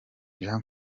jean